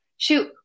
Shoot